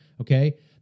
okay